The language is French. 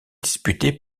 disputée